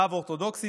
רב אורתודוקסי,